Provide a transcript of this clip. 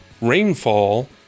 rainfall